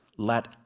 Let